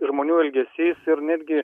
žmonių elgesys ir netgi